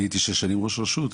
אני הייתי שש שנים ראש רשות.